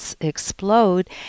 explode